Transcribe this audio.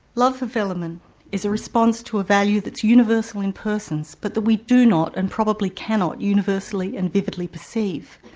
love for velleman is a response to a value that's universal in persons but that we do not and probably cannot universally and vividly perceive.